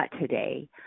today